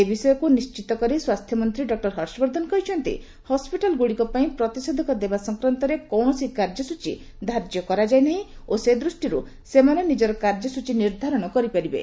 ଏ ବିଷୟକୁ ନିଶ୍ଚିତ କରି ସ୍ୱାସ୍ଥ୍ୟ ମନ୍ତ୍ରୀ ଡକ୍କର ହର୍ଷବର୍ଦ୍ଧନ କରିଛନ୍ତି ହସ୍କିଟାଲ୍ ଗୁଡ଼ିକ ପାଇଁ ପ୍ରତିଷେଧକ ଦେବା ସଂକ୍ରାନ୍ତରେ କୌଣସି କାର୍ଯ୍ୟସୂଚୀ ଧାର୍ଯ୍ୟ କରାଯାଇ ନାହିଁ ଓ ସେ ଦୃଷ୍ଟିରୁ ସେମାନେ ନିଜର କାର୍ଯ୍ୟସୂଚୀ ନିର୍ଦ୍ଧାରଣ କରିପାରିବେ